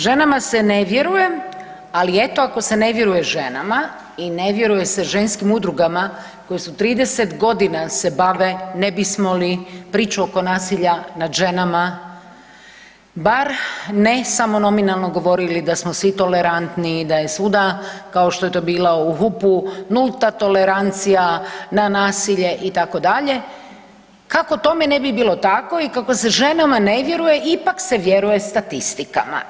Ženama se ne vjeruje, ali eto ako se ne vjeruje ženama i ne vjeruje se ženskim udrugama koje su 30.g. se bave ne bismo li priču oko nasilja nad ženama bar ne samo nominalno govorili da smo svi tolerantni i da je svuda kao što je to bilo u HUP-u nulta tolerancija na nasilje itd., kako tome ne bi bilo tako i kako se ženama ne vjeruje ipak se vjeruje statistikama.